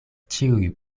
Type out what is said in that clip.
ĉiuj